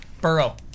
Burrow